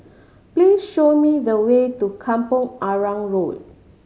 please show me the way to Kampong Arang Road